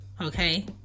okay